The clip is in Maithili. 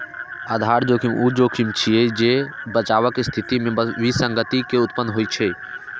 आधार जोखिम ऊ जोखिम छियै, जे बचावक स्थिति मे विसंगति के उत्पन्न होइ छै